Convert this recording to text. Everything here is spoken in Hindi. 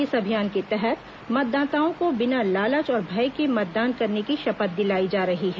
इस अभियान के तहत मतदाताओं को बिना लालच और भय के मतदान करने की शपथ दिलाई जा रही है